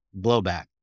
blowback